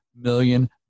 million